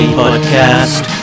podcast